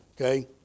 Okay